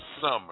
summer